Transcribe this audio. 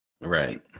Right